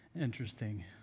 interesting